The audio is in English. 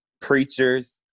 preachers